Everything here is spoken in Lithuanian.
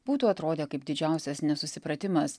būtų atrodę kaip didžiausias nesusipratimas